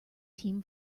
team